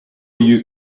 you